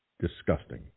disgusting